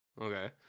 Okay